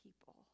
people